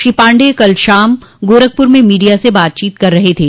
श्री पाण्डेय कल शाम गोरखपुर में मीडिया से बातचीत कर रहे थे